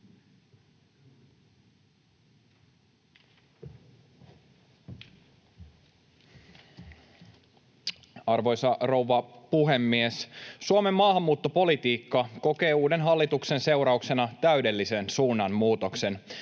Arvoisa rouva puhemies! Suomen maahanmuuttopolitiikka kokee uuden hallituksen seurauksena täydellisen suunnanmuutoksen.